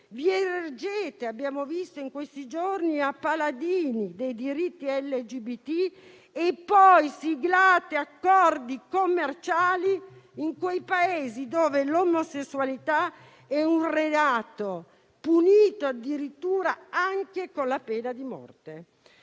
lavoro. Abbiamo visto in questi giorni che vi ergete a paladini dei diritti LGBT e poi siglate accordi commerciali in quei Paesi dove l'omosessualità è un reato punito addirittura anche con la pena di morte.